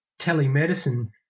telemedicine